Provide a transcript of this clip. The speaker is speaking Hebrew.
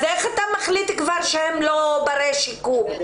אז איך אתה מחליט כבר שהם לא ברי שיקום?